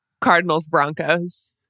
Cardinals-Broncos